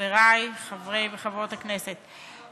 חברי חברי וחברות הכנסת,